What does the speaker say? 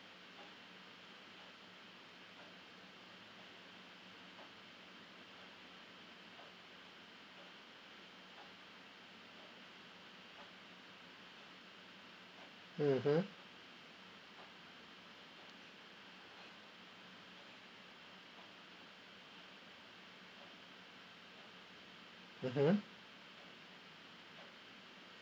mmhmm mmhmm